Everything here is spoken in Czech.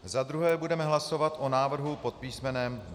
Za druhé budeme hlasovat o návrhu pod písmenem B.